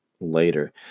later